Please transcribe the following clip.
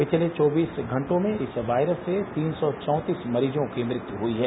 पिछले चौबीस घंटों में इस वायरस से तीन सौ चौतीस मरीजों की मृत्यु हुई है